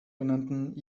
genannten